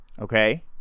Okay